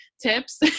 tips